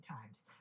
times